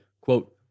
quote